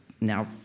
now